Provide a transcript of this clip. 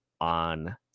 on